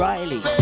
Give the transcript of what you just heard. Riley